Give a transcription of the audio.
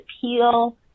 peel